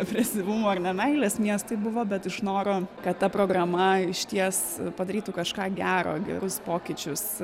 agresyvumo ar ne meilės miestui buvo bet iš noro kad ta programa išties padarytų kažką gero gerus pokyčius